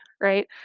right